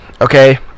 okay